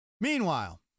meanwhile